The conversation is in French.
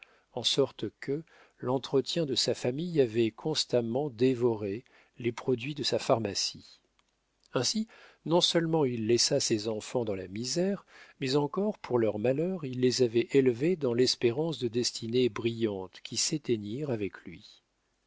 en sorte que l'entretien de sa famille avait constamment dévoré les produits de sa pharmacie ainsi non-seulement il laissa ses enfants dans la misère mais encore pour leur malheur il les avait élevés dans l'espérance de destinées brillantes qui s'éteignirent avec lui